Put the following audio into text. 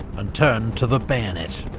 and turned to the bayonet.